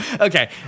okay